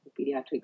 pediatrics